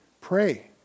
Pray